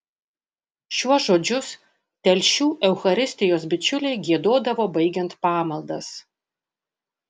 šiuos žodžius telšių eucharistijos bičiuliai giedodavo baigiant pamaldas